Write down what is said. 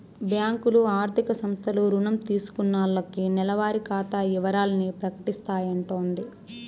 బ్యాంకులు, ఆర్థిక సంస్థలు రుణం తీసుకున్నాల్లకి నెలవారి ఖాతా ఇవరాల్ని ప్రకటిస్తాయంటోది